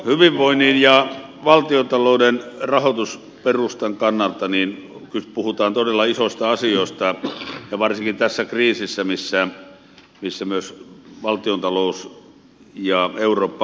hyvinvoinnin ja valtiontalouden rahoitusperustan kannalta puhutaan todella isoista asioista ja varsinkin tässä kriisissä missä myös valtiontalous ja eurooppa ovat